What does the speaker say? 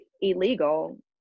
illegal